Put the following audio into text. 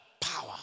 power